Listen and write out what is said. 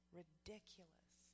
ridiculous